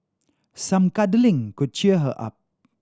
some cuddling could cheer her up